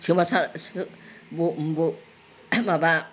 सोमावसार बर' माबा